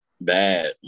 bad